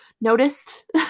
noticed